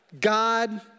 God